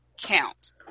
count